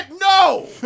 No